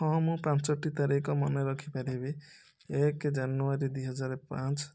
ହଁ ମୁଁ ପାଞ୍ଚଟି ତାରିଖ ମନେ ରଖିପାରିବି ଏକ ଜାନୁୟାରୀ ଦୁଇ ହଜାର ପାଞ୍ଚ